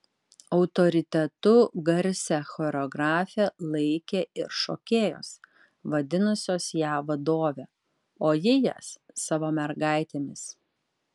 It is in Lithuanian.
autoritetu garsią choreografę laikė ir šokėjos vadinusios ją vadove o ji jas savo mergaitėmis